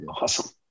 Awesome